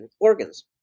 organs